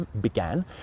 began